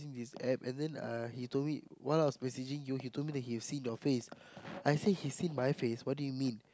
in his App and then uh he told me while I was messaging you he told me that he has seen your face I said he's seen my face what do you mean